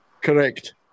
Correct